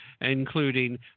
including